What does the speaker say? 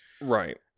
Right